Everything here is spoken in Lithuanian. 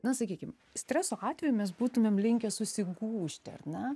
na sakykim streso atveju mes būtumėm linkę susigūžti ar ne